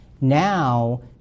Now